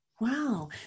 Wow